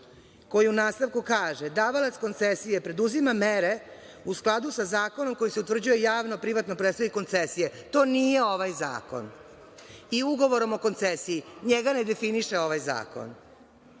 koji u nastavku kaže – davalac koncesije preduzima mere u skladu sa zakonom, kojim se utvrđuje javno-privatni prestanak koncesije. To nije ovaj zakon. I ugovorom o koncesiji, njega ne definiše ovaj zakon. Dakle,